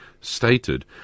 stated